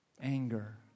Anger